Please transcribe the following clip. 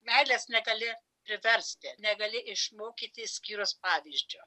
meilės negali priversti negali išmokyti išskyrus pavyzdžiu